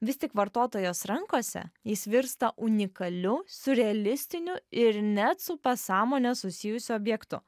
vis tik vartotojos rankose jis virsta unikaliu siurrealistiniu ir net su pasąmone susijusiu objektu